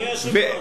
אדוני היושב-ראש,